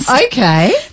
Okay